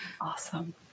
Awesome